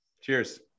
Cheers